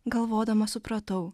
galvodama supratau